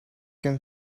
can